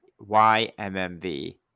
YMMV